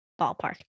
ballpark